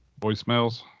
voicemails